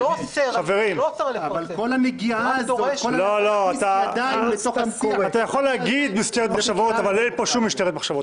הרי זה לא אזרח תמים שבא ומשקיע כספים או מממן.